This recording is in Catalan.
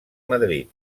madrid